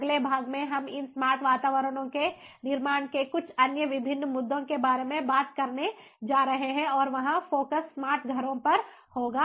अगले भाग में हम इन स्मार्ट वातावरणों के निर्माण के कुछ अन्य विभिन्न मुद्दों के बारे में बात करने जा रहे हैं और वहां फोकस स्मार्ट घरों पर होगा